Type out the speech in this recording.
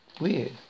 Weird